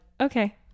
okay